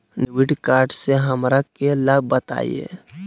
Debit card से हमरा के लाभ बताइए?